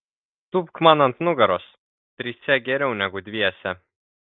tūpk man ant nugaros trise geriau negu dviese